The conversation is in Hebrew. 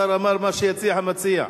השר אמר: מה שיציע המציע.